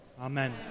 amen